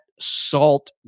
salt